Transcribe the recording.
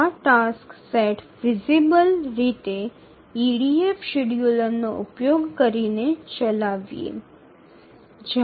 આ task set feasible રીતે EDF શેડ્યૂલરનો ઉપયોગ કરીને ચલાવીએ